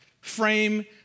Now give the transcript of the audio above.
frame